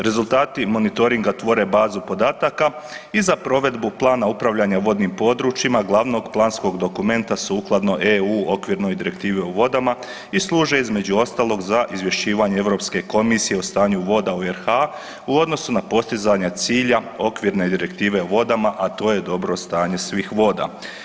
Rezultati monitoringa tvore bazu podataka i za provedbu plana upravljanja vodnim područjima glavnog planskog dokumenta sukladno EU okvirnoj direktivi o vodama i služe između ostalog za izvješćivanje Europske komisije o stanju voda u RH u odnosu na postizanju cilja okvirne direktive o vodama, a to je dobro stanje svih voda.